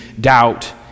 doubt